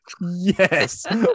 Yes